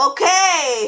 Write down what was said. Okay